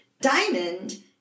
Diamond